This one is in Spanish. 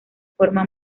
forma